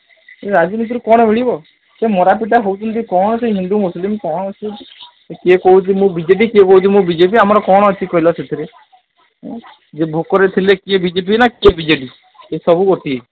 ସେ ରାଜନୀତିରୁ କ'ଣ ମିଳିବ ସେ ମରାପିଟା ହେଉଛନ୍ତି କ'ଣ ସେ ହିନ୍ଦୁ ମୁସଲିମ କ'ଣ ସେ କିଏ କହୁଛି ମୁଁ ବିଜେଡ଼ି କିଏ କହୁଛି ମୁଁ ବିଜେପି ଆମର କ'ଣ ଅଛି କହିଲ ସେଥିରେ ଯେ ଭୋକରେ ଥିଲେ କିଏ ବିଜେପି ନା ବିଜେଡ଼ି ସେସବୁ ଗୋଟିଏ